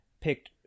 picked